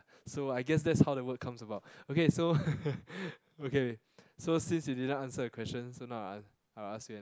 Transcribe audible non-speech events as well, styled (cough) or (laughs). so I guess that's how the word comes about okay so (laughs) okay so since you didn't answer the question so now I'll I will ask you